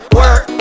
work